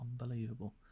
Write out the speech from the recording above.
unbelievable